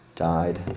died